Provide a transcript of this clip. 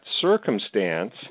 circumstance